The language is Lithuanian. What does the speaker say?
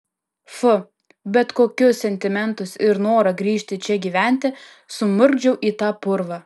fu bet kokius sentimentus ir norą grįžti čia gyventi sumurgdžiau į tą purvą